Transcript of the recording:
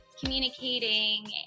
communicating